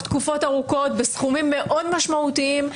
תקופות ארוכות בסכומים מאוד משמעותיים.